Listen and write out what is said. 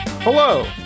Hello